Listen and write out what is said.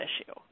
issue